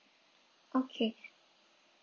okay